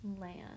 land